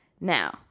Now